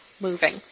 moving